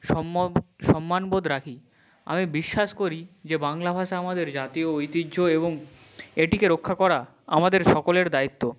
সম্বব সম্মানবোধ রাখি আমি বিশ্বাস করি যে বাংলা ভাষা আমাদের জাতীয় ঐতিহ্য এবং এটিকে রক্ষা করা আমাদের সকলের দায়িত্ব